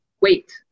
wait